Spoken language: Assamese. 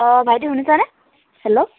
অ' ভাইটি শুনিছানে হেল্ল'